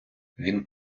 він